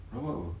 rabal apa